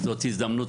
זוהי הזדמנות,